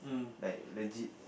like legit